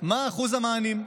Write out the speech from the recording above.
מה אחוז המענים,